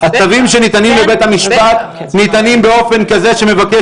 הצווים שניתנים בבית המשפט ניתנים באופן כזה שמבקש